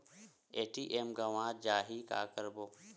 ATM गवां जाहि का करबो?